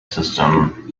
system